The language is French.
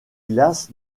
glace